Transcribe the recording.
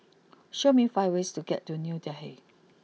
show me five ways to get to new Delhi